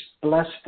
blessed